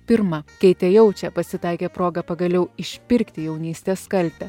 pirma keitė jaučia pasitaikė proga pagaliau išpirkti jaunystės kaltę